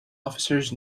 officers